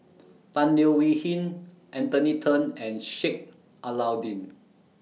Tan Leo Wee Hin Anthony Then and Sheik Alau'ddin